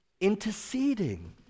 interceding